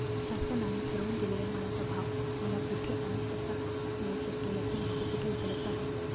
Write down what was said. शासनाने ठरवून दिलेल्या मालाचा भाव मला कुठे आणि कसा मिळू शकतो? याची माहिती कुठे उपलब्ध आहे?